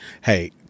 hey